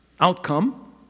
Outcome